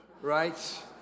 right